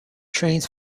trains